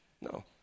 No